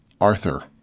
Arthur